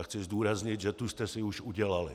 Chci zdůraznit, že tu jste si už udělali.